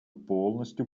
полностью